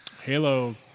Halo